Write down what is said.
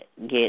get